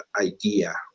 idea